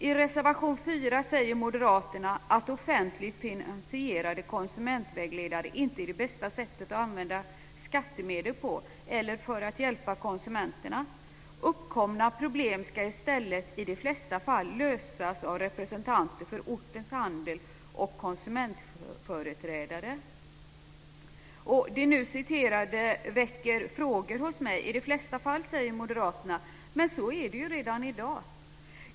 I reservation 4 säger moderaterna att offentligt finansierade konsumentvägledare inte är det bästa sättet att använda skattemedel på eller för att hjälpa konsumenterna. Uppkomna problem ska i stället i de flesta fall lösas av representanter för ortens handel och konsumentföreträdare. Det nu återgivna väcker frågor hos mig. I de flesta fall säger moderaterna: Men så är det ju redan i dag.